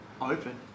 open